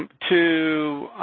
to